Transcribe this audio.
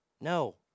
No